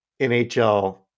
NHL